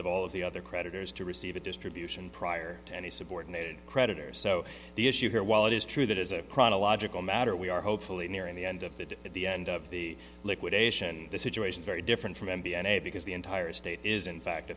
of all of the other creditors to receive a distribution prior to any subordinated creditors so the issue here while it is true that as a chronological matter we are hopefully nearing the end of the day at the end of the liquidation the situation very different from m b i a because the entire state is in fact